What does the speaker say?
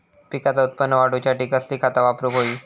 पिकाचा उत्पन वाढवूच्यासाठी कसली खता वापरूक होई?